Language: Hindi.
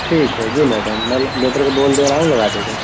ठीक है जी मैडम मैं वेटर को बोल दे रहा हूँ लगा देगा